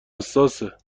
حساسه